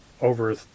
over